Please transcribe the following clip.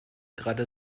gerade